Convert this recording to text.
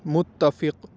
متفق